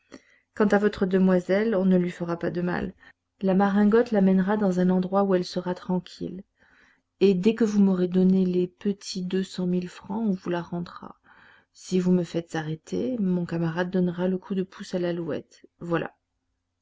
quant à votre demoiselle on ne lui fera pas de mal la maringotte la mènera dans un endroit où elle sera tranquille et dès que vous m'aurez donné les petits deux cent mille francs on vous la rendra si vous me faites arrêter mon camarade donnera le coup de pouce à l'alouette voilà